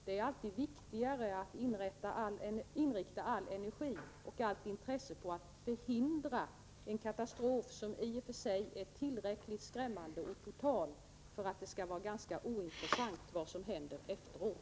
Det är alltid viktigare att inrikta all energi och allt intresse på att förhindra en katastrof, som redan i sig är tillräckligt skrämmande och total för att det skall vara ganska ointressant vad som händer efteråt.